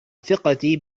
ثقتي